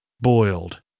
boiled